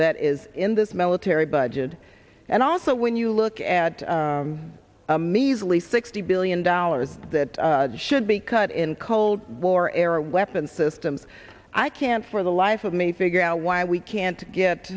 that is in this military budget and also when you look at a measly sixty billion dollars that should be cut in cold war era weapons systems i can't for the life of me figure out why we can't get